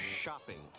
shopping